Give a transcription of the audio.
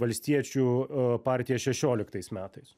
valstiečių partija šešioliktais metais